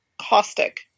caustic